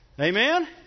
Amen